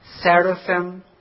seraphim